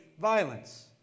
violence